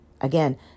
Again